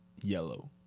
Yellow